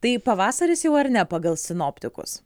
tai pavasaris jau ar ne pagal sinoptikus